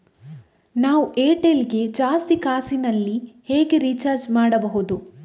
ನಾವು ಏರ್ಟೆಲ್ ಗೆ ಜಾಸ್ತಿ ಕಾಸಿನಲಿ ಹೇಗೆ ರಿಚಾರ್ಜ್ ಮಾಡ್ಬಾಹುದು?